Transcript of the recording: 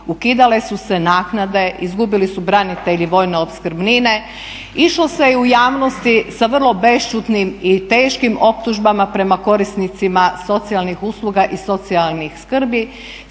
Ukidale su se naknade, izgubili su branitelji vojne opskrbnine, išlo se u javnosti sa vrlo bešćutnim i teškim optužbama prema korisnicima socijalnih usluga i socijalnih skrbi.